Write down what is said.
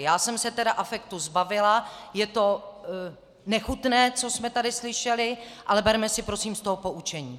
Já jsem se tedy afektu zbavila, je to nechutné, co jsme tady slyšeli, ale berme si, prosím, z toho poučení.